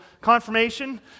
confirmation